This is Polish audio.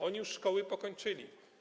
Oni już szkoły pokończyli.